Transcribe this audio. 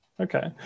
Okay